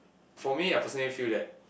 for me I personally feel that